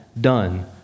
done